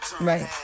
Right